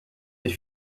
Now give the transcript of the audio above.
les